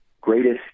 greatest